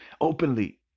Openly